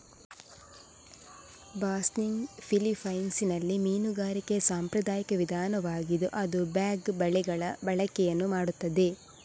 ಬಾಸ್ನಿಗ್ ಫಿಲಿಪೈನ್ಸಿನಲ್ಲಿ ಮೀನುಗಾರಿಕೆಯ ಸಾಂಪ್ರದಾಯಿಕ ವಿಧಾನವಾಗಿದ್ದು ಅದು ಬ್ಯಾಗ್ ಬಲೆಗಳ ಬಳಕೆಯನ್ನು ಮಾಡುತ್ತದೆ